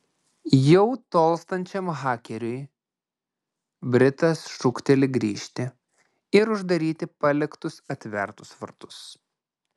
jau tolstančiam hakeriui britas šūkteli grįžti ir uždaryti paliktus atvertus vartus